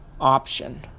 option